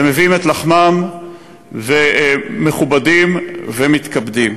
ומביאים את לחמם ומכובדים ומתכבדים.